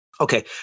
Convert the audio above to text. Okay